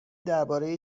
درباره